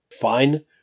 Fine